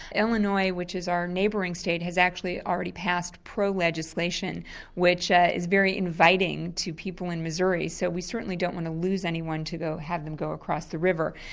illinois which is our neighbouring state has actually already passed pro-legislation which ah is very inviting to people in missouri so we certainly don't want to lose anyone to have them go across the river.